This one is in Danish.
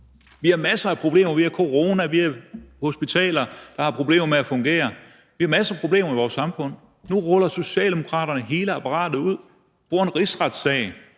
Vi har masser af problemer. Vi har corona, vi har hospitaler, der har problemer med at fungere. Vi har masser af problemer med vores samfund. Nu ruller Socialdemokraterne hele apparatet ud, bruger en rigsretssag,